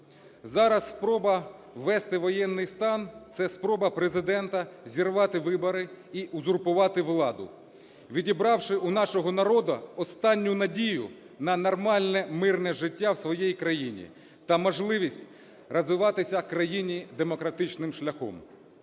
Зараз спроба ввести воєнний стан - це спроба Президента зірвати вибори і узурпувати владу, відібравши у нашого народу останню надію на нормальне, мирне життя в своїй країні та можливість розвиватися країні демократичним шляхом.